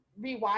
rewatch